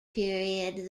period